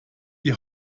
die